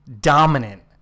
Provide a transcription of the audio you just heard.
dominant